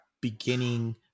beginning